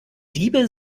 diebe